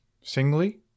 Singly